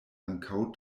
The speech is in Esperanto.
ankaŭ